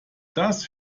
das